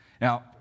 Now